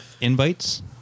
invites